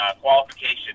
Qualification